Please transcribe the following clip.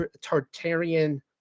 Tartarian